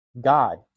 God